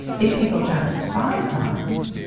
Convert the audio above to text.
if people travel five miles,